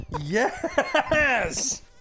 Yes